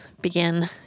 begin